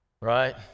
right